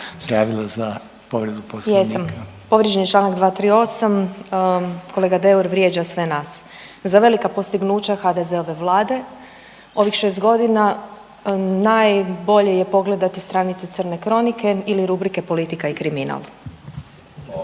Sabina (SDP)** Jesam. Povrijeđen je članak 238. Kolega Deur vrijeđa sve nas. Za velika postignuća HDZ-ove Vlade ovih šest godina najbolje je pogledati stranice crne kronike ili rubrike politika i kriminal.